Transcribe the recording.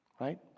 Right